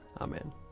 amen